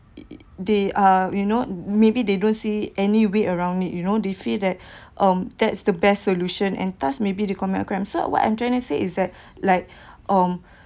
you know maybe they don't see any way around it you know they feel that um that's the best solution and thus maybe they commit a crime so what I'm trying to say is that like um